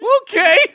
Okay